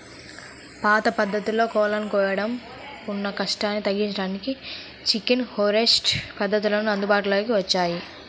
పాత పద్ధతుల్లో కోళ్ళను కోయడంలో ఉన్న కష్టాన్ని తగ్గించడానికే చికెన్ హార్వెస్ట్ పద్ధతులు అందుబాటులోకి వచ్చాయి